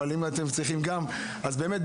אבל אם אתם צריכים גם אז באמת.